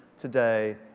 today,